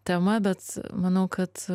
tema bet manau kad